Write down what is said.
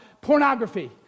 pornography